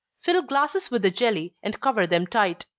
fill glasses with the jelly, and cover them tight.